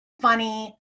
funny